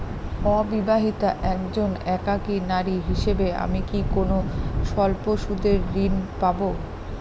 অবিবাহিতা একজন একাকী নারী হিসেবে আমি কি কোনো স্বল্প সুদের ঋণ পাব?